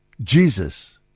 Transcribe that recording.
Jesus